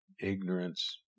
ignorance